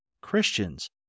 Christians